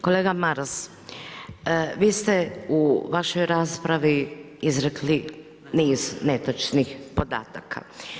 Kolega Maras, vi ste u vašoj raspravi izrekli niz netočnih podataka.